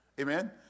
Amen